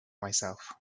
myself